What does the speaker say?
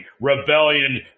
Rebellion